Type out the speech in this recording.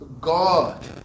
God